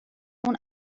اون